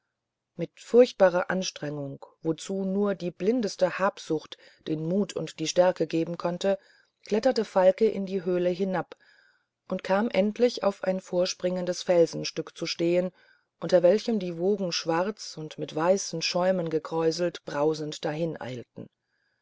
mit furchtbarer anstrengung wozu nur die blindeste habsucht den mut und die stärke geben konnte kletterte falke in die höhle hinab und kam endlich auf ein vorspringendes felsenstück zu stehen unter welchem die wogen schwarz und mit weißem schaume bekräuselt brausend